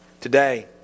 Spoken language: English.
Today